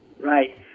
Right